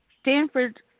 Stanford